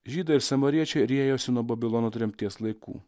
žydai ir samariečiai riejosi nuo babilono tremties laikų